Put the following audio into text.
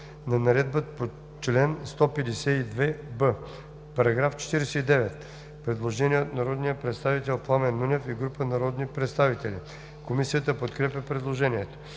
на наредбата по чл. 152б.“ По § 49 има предложение на народния представител Пламен Нунев и група народни представители. Комисията подкрепя предложението.